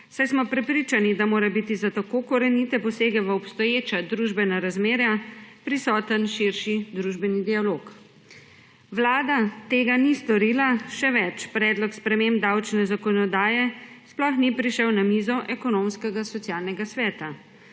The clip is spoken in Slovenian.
saj smo prepričani, da mora biti za tako korenite posege v obstoječa družbena razmerja prisoten širši družbeni dialog. Vlada tega ni storila, še več, predlog sprememb davčne zakonodaje sploh ni prišel na mizo Ekonomsko-socialnega sveta.